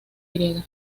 griega